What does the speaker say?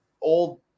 old